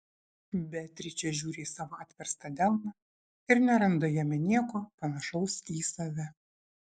beatričė žiūri į savo atverstą delną ir neranda jame nieko panašaus į save